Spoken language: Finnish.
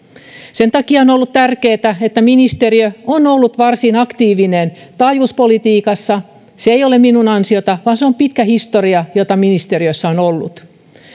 sen takia on on ollut tärkeätä että ministeriö on ollut varsin aktiivinen taajuuspolitiikassa se ei ole minun ansiotani vaan se on pitkä historia jota ministeriössä on ollut me